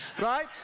right